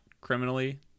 criminally